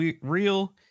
real